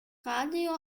radio